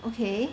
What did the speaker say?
okay